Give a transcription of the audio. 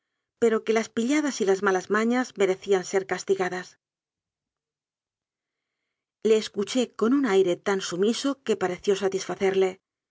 pero que las pilladas y malas mañas merecían ser castigadas le escuché con un aire tan isumiso que pareció satisfacerle